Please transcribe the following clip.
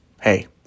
hey